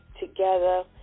together